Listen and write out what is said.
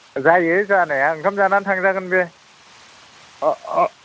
जायो जानाया ओंखाम जानानै थांजागोन बे अ अ